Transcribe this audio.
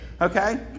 Okay